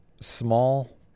small